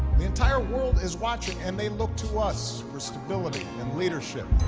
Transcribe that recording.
the entire world is watching, and they look to us for stability and leadership.